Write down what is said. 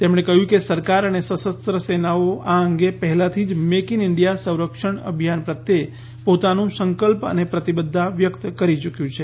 તેમણે કહ્યું કે સરકાર અને સશસ્ત્ર સેનાઓ આ અંગે પહેલાથી જ મેઇક ઇન ઇન્ડિયા સંરક્ષણ અભિયાન પ્રત્યે પોતાનું સંકલ્પ અને પ્રતિબદ્ધતા વ્યક્ત કરી યુક્યું છે